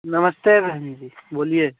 नमस्ते बहन जी जी बोलिए